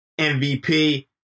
MVP